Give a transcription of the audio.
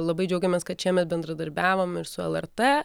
labai džiaugiamės kad šiemet bendradarbiavom ir su lrt